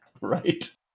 Right